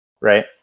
Right